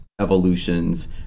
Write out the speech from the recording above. evolutions